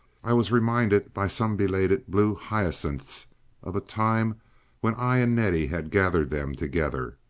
i was reminded by some belated blue hyacinths of a time when i and nettie had gathered them together.